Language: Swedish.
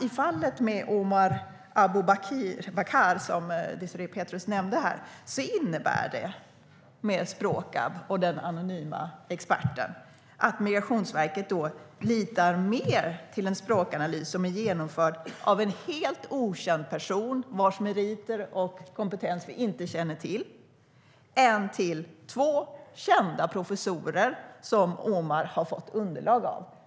I fallet med Omar Aboubakar, som Désirée Pethrus nämnde, litade Migrationsverket mer på en språkanalys - som var genomförd av en helt okänd person på Sprakab vars meriter och kompetens vi inte känner till - än på två kända professorer som Omar hade fått underlag från.